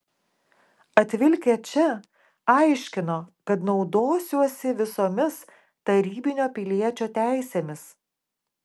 atvilkę čia aiškino kad naudosiuosi visomis tarybinio piliečio teisėmis